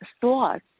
thoughts